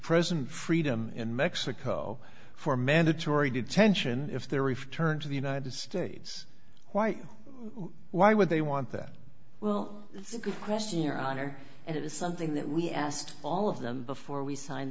present freedom in mexico for mandatory detention if their if turned to the united states why why would they want that well that's a good question your honor and it is something that we asked all of them before we signed